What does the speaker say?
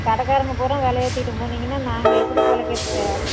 கடைக்காரங்க பூரா விலை ஏற்றிட்டு போனிங்கன்னால் நாங்கள் எப்படி பொழைக்கிறது